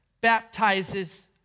baptizes